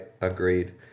Agreed